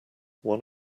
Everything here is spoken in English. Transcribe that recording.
one